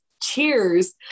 cheers